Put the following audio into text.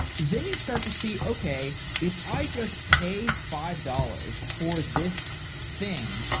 then you start to see, okay. if i just pay five dollars for this thing,